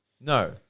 No